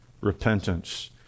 repentance